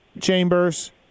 Chambers